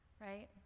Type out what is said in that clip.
right